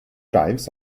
drives